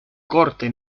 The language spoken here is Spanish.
corte